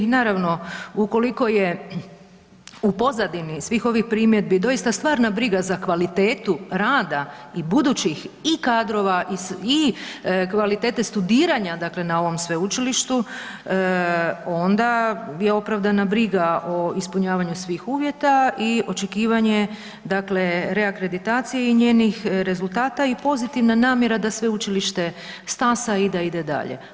Naravno ukoliko je u pozadini svih ovih primjedbi doista stvarna briga za kvalitetu rada i budućih i kadrova i kvalitete studiranja, dakle na ovom sveučilištu, onda je opravdana briga o ispunjavanju svih uvjeta i očekivanje, dakle reakreditacije i njenih rezultata i pozitivna namjera da sveučilište stasa i da ide dalje.